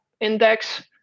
index